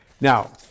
Now